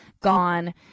gone